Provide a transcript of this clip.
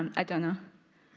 um i don't know.